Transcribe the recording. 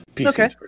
okay